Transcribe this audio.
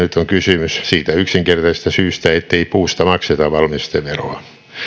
kysymys siitä yksinkertaisesta syystä ettei puusta makseta valmisteveroa